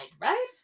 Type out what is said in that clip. right